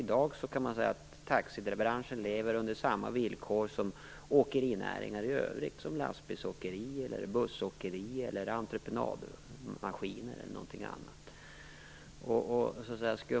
I dag kan man säga att taxibranschen lever under samma villkor som åkerinäringar i övrigt, t.ex. lastbilsåkerier, bussåkerier, entreprenadmaskiner eller någonting annat.